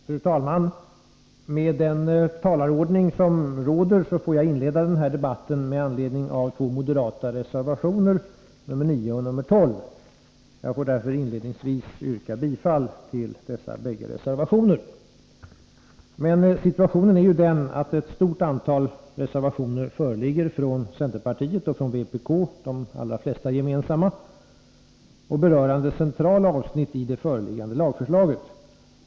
Fru talman! Med den talarordning som råder får jag inleda denna debatt med anledning av två moderata reservationer, nr 9 och nr 12. Jag vill därför inledningsvis yrka bifall till dessa båda reservationer. Men situationen är den att ett stort antal reservationer föreligger från centerpartiet och från vpk — de flesta gemensamma — berörande centrala avsnitt i det föreliggande lagförslaget.